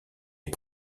est